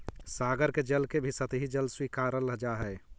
सागर के जल के भी सतही जल स्वीकारल जा हई